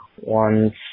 One